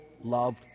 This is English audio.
loved